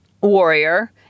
warrior